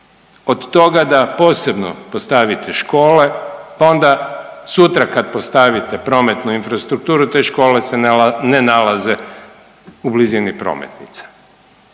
od toga posebno postavite škole, pa onda sutra kad postavite prometnu infrastrukturu te škole se ne nalaze u blizini prometnica.